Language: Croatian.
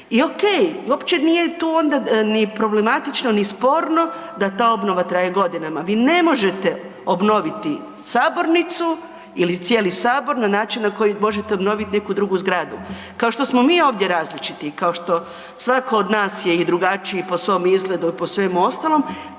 I ok i uopće nije tu onda ni problematično, ni sporno da ta obnova traje godinama. Vi ne možete obnoviti sabornicu ili cijeli Sabor na način na koji možete obnoviti neku drugu zgradu. Kao što smo mi ovdje različiti i kao što svako od nas je i drugačiji po svom izgledu i po svemu ostalom